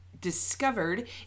discovered